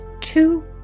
two